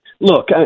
Look